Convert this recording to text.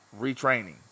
retraining